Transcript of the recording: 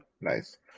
Nice